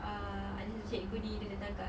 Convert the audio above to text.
err ada cikgu ni dia datang kat